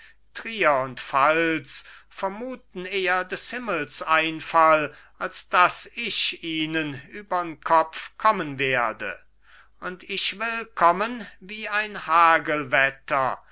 trier und pfalz vermuten eher des himmels einfall als daß ich ihnen übern kopf kommen werde und ich will kommen wie ein